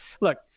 Look